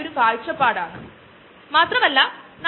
ഇനി നമുക്ക് വീടിനടുത്തേക്ക് വരാം